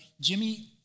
Jimmy